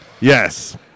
Yes